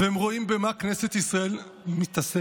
והם רואים במה כנסת ישראל מתעסקת.